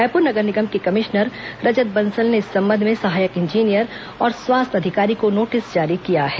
रायपुर नगर निगम के कमिश्नर रजत बंसल ने इस संबंध में सहायक इंजीनियर और स्वास्थ्य अधिकारी को नोटिस जारी किया है